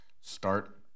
Start